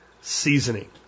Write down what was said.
seasoning